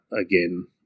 again